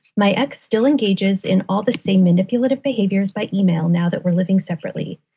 my ex still engages in all the same manipulative behaviors by email. now that we're living separately,